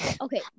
Okay